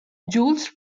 jules